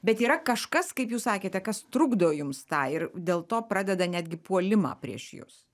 bet yra kažkas kaip jūs sakėte kas trukdo jums tą ir dėl to pradeda netgi puolimą prieš jus